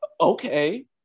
okay